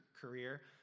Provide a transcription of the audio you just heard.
career